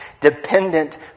dependent